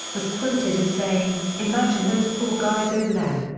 was quoted as saying, imagine those poor guys over there.